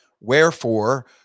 Wherefore